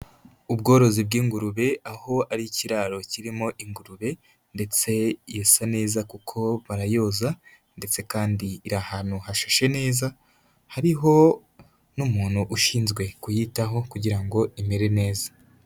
Ubworozi bw'ingurube aho ari ikiraro kirimo ingurube ndetse irasa neza kuko barayoza ndetse kandi iri ahantu hashashe neza, hariho n'umuntu ushinzwe kuyitaho kugira ngo imere neza.